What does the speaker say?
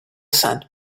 sand